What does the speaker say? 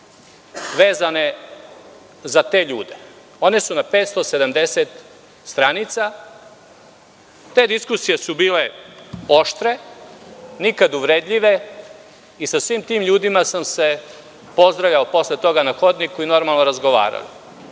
vezane za te ljude. One su na 570 stranica. Te diskusije su bile oštre, nikad uvredljive i sa svim tim ljudima sam sa pozdravljao posle toga na hodniku i normalno razgovarali.